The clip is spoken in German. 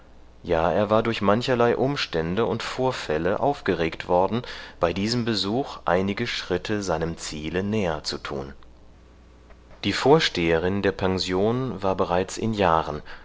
ja er war durch mancherlei umstände und vorfälle aufgeregt worden bei diesem besuch einige schritte seinem ziele näher zu tun die vorsteherin der pension war bereits in jahren